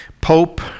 Pope